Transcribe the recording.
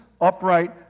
upright